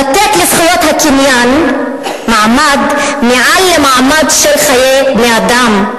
לתת לזכויות הקניין מעמד מעל למעמד של חיי בני-אדם,